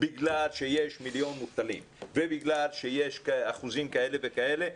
בגלל שיש מיליון מובטלים ובגלל שיש אחוזים כאלה וכאלה,